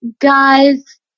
guys